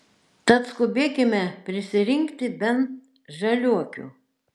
tad skubėkime prisirinkti bent žaliuokių